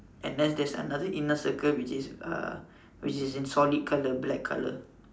and then there's another inner circle which is uh which is in solid colour black colour